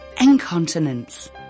Incontinence